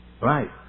Right